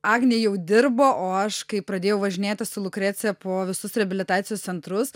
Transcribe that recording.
agnė jau dirbo o aš kai pradėjau važinėti su lukrecija po visus reabilitacijos centrus